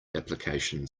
application